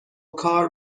کار